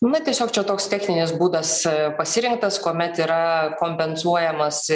na tiesiog čia toks techninis būdas pasirinktas kuomet yra kompensuojamas